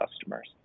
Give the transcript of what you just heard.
customers